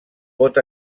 pot